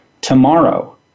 tomorrow